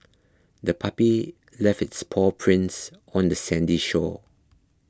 the puppy left its paw prints on the sandy shore